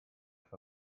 for